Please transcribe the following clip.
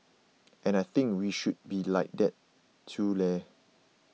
and I think we should be like that too leh